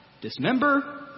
dismember